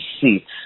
seats